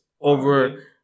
over